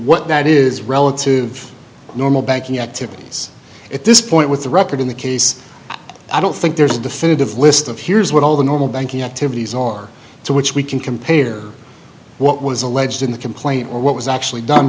what that is relative normal banking activities at this point with the record in the case i don't think there's a definitive list of here's what all the normal banking activities are to which we can compare what was alleged in the complaint or what was actually done